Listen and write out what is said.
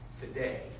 today